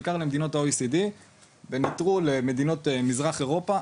בעיקר למדינות ה-OECD ובנטרול מדינות מזרח אירופה,